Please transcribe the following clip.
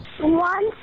One